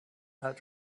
that